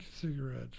cigarettes